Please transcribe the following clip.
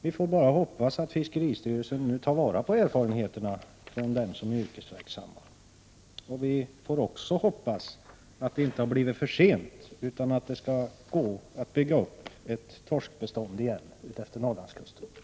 Vi får då hoppas att fiskeristyrelsen tar vara på erfarenheterna från dem som är yrkesverksamma. Vi får också hoppas att det inte har blivit för sent, utan att det skall gå att bygga upp ett torskbestånd igen utefter Norrlandskusten.